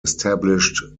established